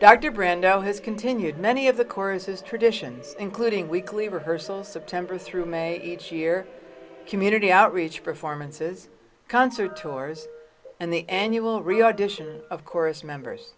dr brando has continued many of the choruses tradition including weekly rehearsals september through may each year community outreach performances concert tours and the annual re audition of corps members